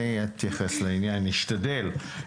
נשתדל.